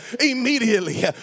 immediately